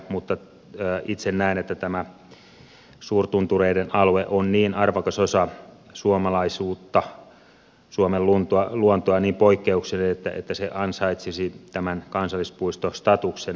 mutta itse näen että tämä suurtuntureiden alue on niin arvokas osa suomalaisuutta suomen luontoa ja niin poikkeuksellinen että se ansaitsisi kansallispuistostatuksen